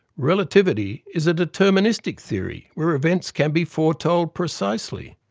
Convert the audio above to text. relativity is a deterministic theory where events can be foretold precisely.